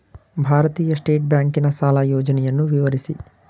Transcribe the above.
ಭಾರತೀಯ ಸ್ಟೇಟ್ ಬ್ಯಾಂಕಿನ ಸಾಲ ಯೋಜನೆಯನ್ನು ವಿವರಿಸಿ?